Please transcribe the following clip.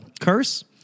curse